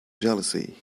jealousy